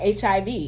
HIV